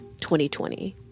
2020